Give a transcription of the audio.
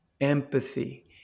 empathy